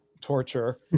torture